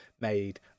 made